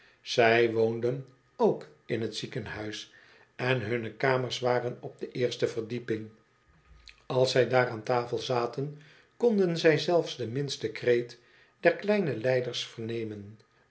zij woonden ook in het ziekenhuis en hunne kamers waren op de eerste verdieping als zij daar aan tafel een kleine ster in het oosten zaten konden zij zelfs do minste kreet der kleine lijders vernemen